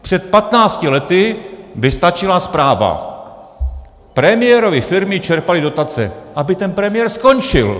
Před 15 lety by stačila zpráva Premiérovy firmy čerpaly dotace, aby ten premiér skončil.